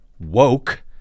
woke